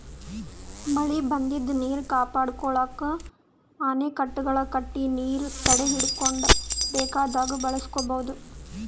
ಮಳಿ ಬಂದಿದ್ದ್ ನೀರ್ ಕಾಪಾಡ್ಕೊಳಕ್ಕ್ ಅಣೆಕಟ್ಟೆಗಳ್ ಕಟ್ಟಿ ನೀರ್ ತಡೆಹಿಡ್ಕೊಂಡ್ ಬೇಕಾದಾಗ್ ಬಳಸ್ಕೋಬಹುದ್